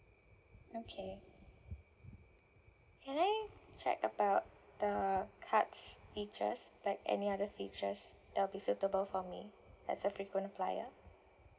okay can I check about the cards features like any other features that'll be suitable for me as a frequent flyer